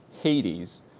Hades